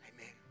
amen